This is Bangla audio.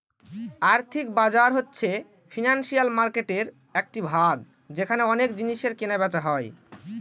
আর্থিক বাজার হচ্ছে ফিনান্সিয়াল মার্কেটের একটি ভাগ যেখানে অনেক জিনিসের কেনা বেচা হয়